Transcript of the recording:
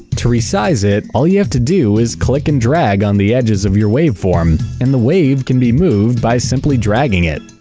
to resize it, all you have to do is click and drag on the edges of your waveform. and the wave can be moved by simply dragging on it.